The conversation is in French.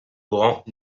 courant